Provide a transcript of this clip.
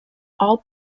all